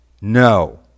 No